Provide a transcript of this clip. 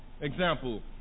Example